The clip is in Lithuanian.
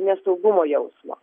nesaugumo jausmo